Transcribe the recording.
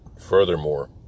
Furthermore